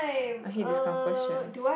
I hate this kind of questions